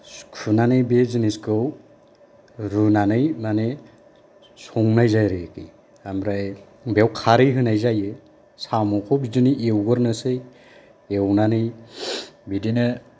सुनानै बे जिनिसखौ रुनानै माने संनाय जायो आरोकि ओमफ्राय बेयाव खारै होनाय जायो साम'खौ बिदिनो एवग्रोनोसै एवनानै बिदिनो